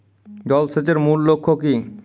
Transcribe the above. জল সেচের মূল লক্ষ্য কী?